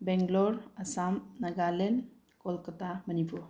Bangalore Assam Nagaland Kolkata Manipur